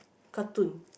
cartoon